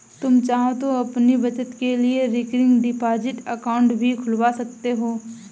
तुम चाहो तो अपनी बचत के लिए रिकरिंग डिपॉजिट अकाउंट भी खुलवा सकते हो